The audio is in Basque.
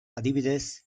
adibidez